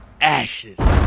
ashes